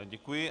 Děkuji.